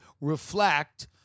reflect